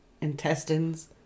intestines